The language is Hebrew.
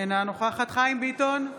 אינה נוכחת חיים ביטון,